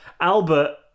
Albert